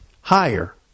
higher